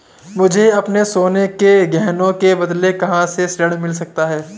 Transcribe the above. मुझे अपने सोने के गहनों के बदले कहां से ऋण मिल सकता है?